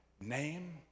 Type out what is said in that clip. Name